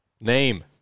Name